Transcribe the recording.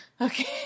Okay